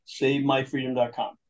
SaveMyFreedom.com